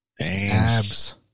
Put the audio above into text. Abs